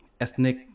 ethnic